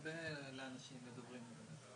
באותו יישוב בלי לשנות את אופיו.